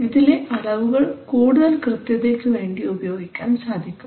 ഇതിലെ അളവുകൾ കൂടുതൽ കൃത്യതയ്ക്കു വേണ്ടി ഉപയോഗിക്കാൻ സാധിക്കും